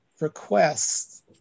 requests